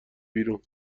بیرون